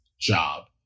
job